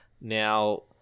Now